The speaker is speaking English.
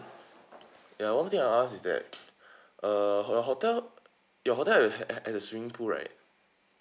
ya one more thing I want to ask is that uh your hotel your hotel will have have the swimming pool right